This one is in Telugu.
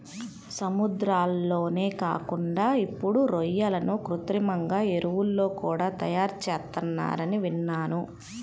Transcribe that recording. సముద్రాల్లోనే కాకుండా ఇప్పుడు రొయ్యలను కృత్రిమంగా చెరువుల్లో కూడా తయారుచేత్తన్నారని విన్నాను